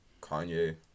Kanye